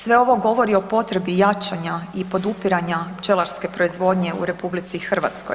Sve ovo govori o potrebi jačanja i podupiranja pčelarske proizvodnje u RH.